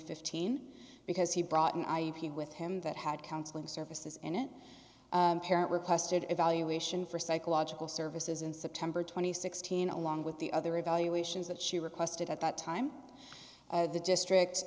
fifteen because he brought an i v with him that had counseling services in it parent requested evaluation for psychological services in september th teen along with the other evaluations that she requested at that time the district